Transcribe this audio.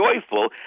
joyful